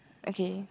okay